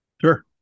Sure